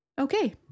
Okay